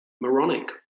moronic